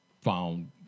found